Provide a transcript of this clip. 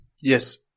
yes